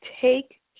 take